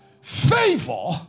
favor